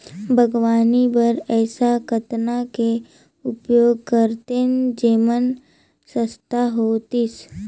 बागवानी बर ऐसा कतना के उपयोग करतेन जेमन सस्ता होतीस?